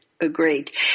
Agreed